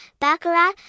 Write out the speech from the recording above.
baccarat